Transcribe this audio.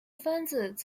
分子